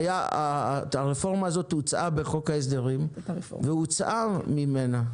הרפורמה הזאת הוצעה בחוק ההסדרים והוצאה ממנה.